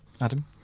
Adam